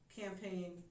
campaign